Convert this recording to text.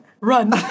Run